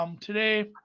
Today